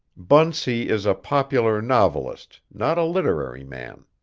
bunsey is a popular novelist, not a literary man.